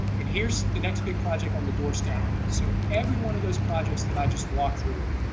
and here's the next big project on the doorstep, so every one of those projects that i just walked through,